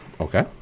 Okay